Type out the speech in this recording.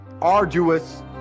arduous